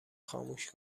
خاموش